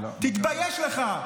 תתבייש לך.